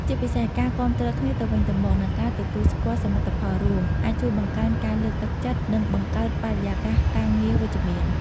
ជាពិសេសការគាំទ្រគ្នាទៅវិញទៅមក និងការទទួលស្គាល់សមិទ្ធផលរួម អាចជួយបង្កើនការលើកទឹកចិត្ត និងបង្កើតបរិយាកាសការងារវិជ្ជមាន។